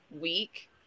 week